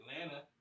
Atlanta